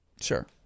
sure